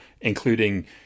including